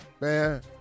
man